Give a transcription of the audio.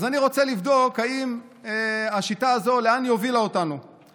אז אני רוצה לבדוק לאן הובילה אותנו השיטה הזאת.